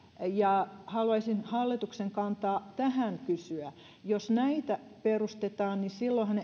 ja haluaisin hallituksen kantaa tähän kysyä jos näitä perustetaan niin silloinhan